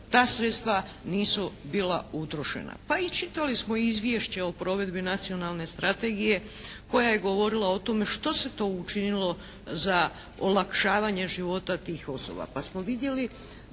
ta sredstva nisu bila utrošena. Pa i čitali smo izvješće o provedbi nacionalne strategije koja je govorila o tome šta se to učinilo za olakšavanje života tih osoba. Pa smo vidjeli